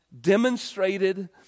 demonstrated